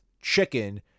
chicken